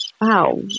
Wow